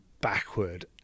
backward